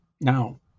now